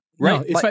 right